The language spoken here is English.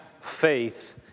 faith